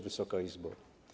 Wysoka Izbo!